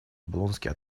облонский